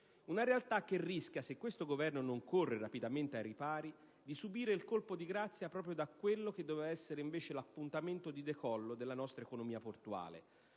Una realtà che rischia, se questo Governo non corre rapidamente ai ripari, di subire il colpo di grazia proprio da quello che doveva essere invece l'appuntamento di decollo della nostra economia portuale,